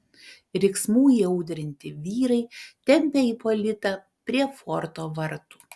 riksmų įaudrinti vyrai tempė ipolitą prie forto vartų